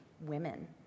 women